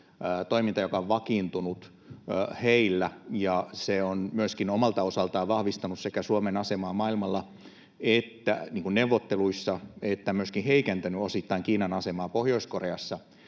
Toiminta, joka on vakiintunut heillä — ja se on myöskin omalta osaltaan sekä vahvistanut Suomen asemaa maailmalla ja neuvotteluissa että myöskin heikentänyt osittain Kiinan asemaa Pohjois-Koreassa